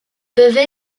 peuvent